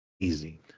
Easy